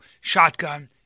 shotgun